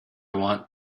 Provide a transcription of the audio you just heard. want